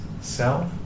self